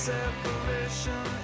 Separation